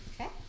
Okay